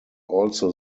also